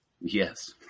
Yes